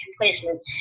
replacement